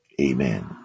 Amen